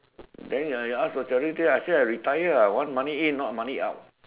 then ah you ask for charity I say I retire I want money in not money out